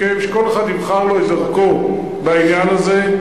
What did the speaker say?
ולבקש מכם שכל אחד יבחר לו את דרכו בעניין הזה.